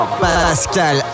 Pascal